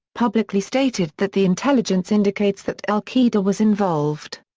publicly stated that the intelligence indicates that al qaeda was involved.